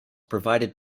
provided